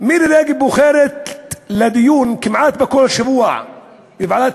מירי רגב בוחרת לדון כמעט בכל שבוע בוועדת